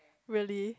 really